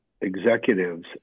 executives